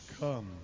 Come